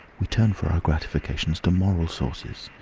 we turn for our gratifications to moral sources.